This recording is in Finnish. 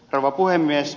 rouva puhemies